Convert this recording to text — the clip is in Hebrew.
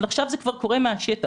אבל עכשיו זה כבר קורה מהשטח,